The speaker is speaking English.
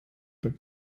but